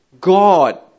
God